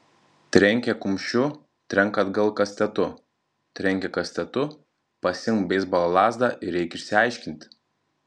trenkė kumščiu trenk atgal kastetu trenkė kastetu pasiimk beisbolo lazdą ir eik išsiaiškinti